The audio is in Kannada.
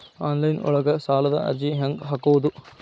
ಆನ್ಲೈನ್ ಒಳಗ ಸಾಲದ ಅರ್ಜಿ ಹೆಂಗ್ ಹಾಕುವುದು?